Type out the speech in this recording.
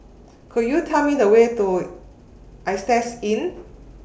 Could YOU Tell Me The Way to Istay Inn